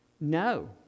No